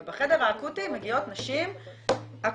אבל בחדר האקוטי מגיעות נשים אקוטי.